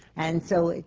and so,